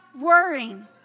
worrying